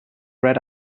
red